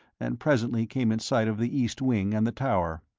and presently came in sight of the east wing and the tower.